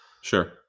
Sure